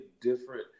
different